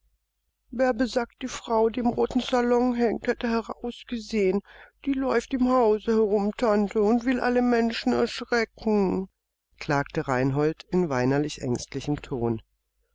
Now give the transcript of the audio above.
bärbe sagt die frau die im roten salon hängt hätte herausgesehen die läuft im hause herum tante und will alle menschen erschrecken klagte reinhold in weinerlich ängstlichem ton